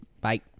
Bye